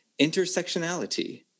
Intersectionality